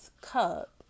cup